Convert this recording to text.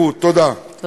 יום